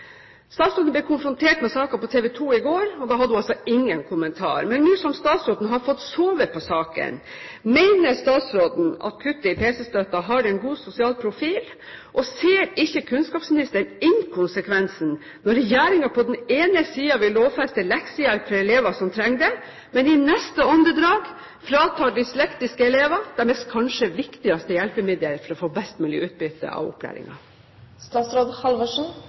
Statsråden ble konfrontert med saken på TV 2 i går, og da hadde hun ingen kommentar. Men nå som statsråden har fått sove på saken, mener statsråden at kuttet i pc-støtten har en god sosial profil? Ser ikke kunnskapsministeren inkonsekvensen når regjeringen på den ene siden vil lovfeste leksehjelp for elever som trenger det, men i neste åndedrag fratar dyslektiske elever deres kanskje viktigste hjelpemiddel for å få best mulig utbytte av